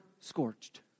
scorched